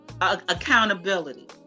accountability